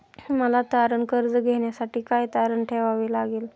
मला तारण कर्ज घेण्यासाठी काय तारण ठेवावे लागेल?